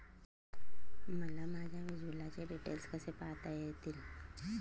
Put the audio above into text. मला माझ्या वीजबिलाचे डिटेल्स कसे पाहता येतील?